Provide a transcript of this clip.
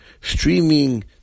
streaming